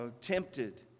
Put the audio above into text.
tempted